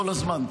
כל הזמן,